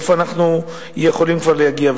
לאיפה אנחנו יכולים כבר להגיע?